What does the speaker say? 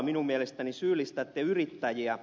minun mielestäni syyllistätte yrittäjiä